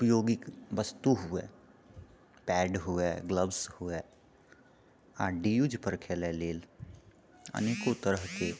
उपयोगिक वस्तु हुए पैड हुए ग्लव्स हुए आ ड्यूज पर खेलाइ लेल अनेको तरहकेँ